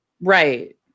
Right